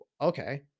okay